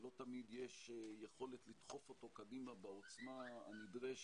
ולא תמיד יש יכולת לדחוף אותו קדימה בעוצמה הנדרשת